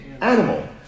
animal